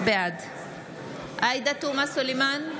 בעד עאידה תומא סלימאן,